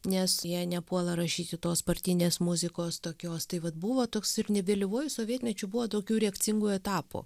nes jie nepuola rašyti tos partinės muzikos tokios tai vat buvo toks ir ne vėlyvuoju sovietmečiu buvo tokių reakcingų etapų